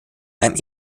einem